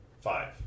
five